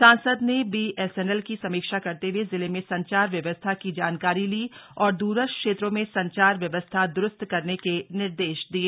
सांसद ने बीएसएनल की समीक्षा करते हुए जिले में संचार व्यवस्था की जानकारी ली और द्रस्थ क्षेत्रों में संचार व्यवस्था दुरुस्त करने के निर्देश दिये